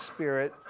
Spirit